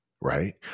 right